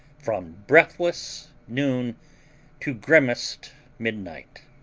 from breathless noon to grimmest midnight.